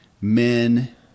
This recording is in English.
men